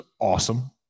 awesome